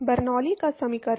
Bernoulli का समीकरण